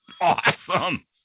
awesome